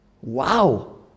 Wow